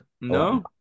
no